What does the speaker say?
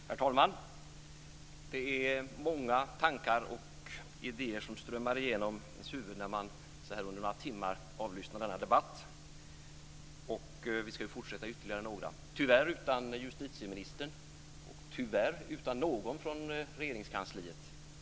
Herr talman! Det är många tankar och idéer som strömmar genom huvudet när man lyssnar på de här timmarnas debatt. Den ska väl också fortsätta ytterligare några timmar, tyvärr utan justitieministern och utan någon företrädare för Regeringskansliet.